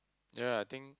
yea I think